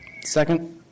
Second